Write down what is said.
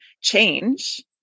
Change